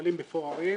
מפעלים מפוארים.